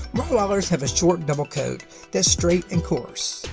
rottweilers have a short double coat that's straight and coarse.